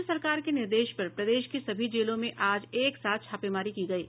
राज्य सरकार के निर्देश पर प्रदेश की सभी जेलों में आज एक साथ छापेमारी की गयी